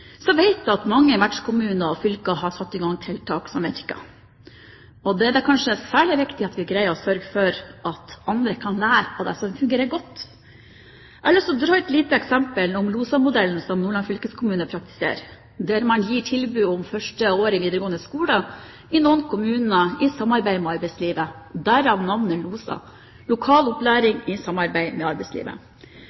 Så vet vi at mange vertskapskommuner og fylker har satt i gang tiltak som virker. Det er kanskje særlig viktig at vi greier å sørge for at andre kan lære av det som fungerer godt. Jeg har lyst til å nevne et eksempel på noe som Nordland fylkeskommune praktiserer, LOSA-modellen. Der gir man i noen kommuner tilbud om det første året i videregående skole i samarbeid med arbeidslivet, derav navnet LOSA: lokal